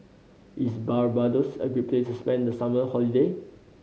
is Barbados a great place to spend the summer holiday